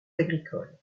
agricoles